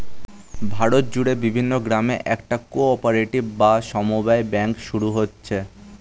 ভারত জুড়ে বিভিন্ন গ্রামে এখন কো অপারেটিভ বা সমব্যায় ব্যাঙ্ক শুরু হচ্ছে